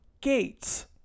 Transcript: Gates